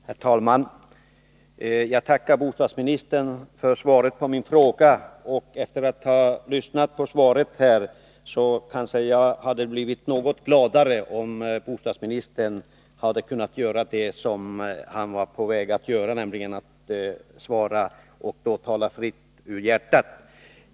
Herr talman! Jag tackar bostadsministern för svaret på min fråga. Efter att ha lyssnat på svaret vill jag säga att jag kanske hade blivit något gladare, om bostadsministern hade gjort det som han var på väg att göra, nämligen att tala fritt ur hjärtat.